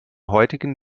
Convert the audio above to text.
heutigen